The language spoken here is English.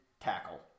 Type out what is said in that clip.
tackle